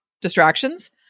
distractions